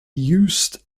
used